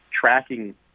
tracking